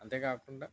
అంతేకాకుండా